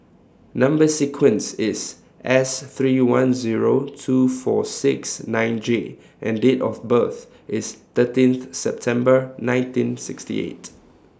Number sequence IS S three one Zero two four six nine J and Date of birth IS thirteenth September nineteen sixty eight